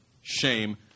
shame